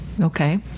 Okay